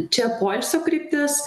čia poilsio kryptis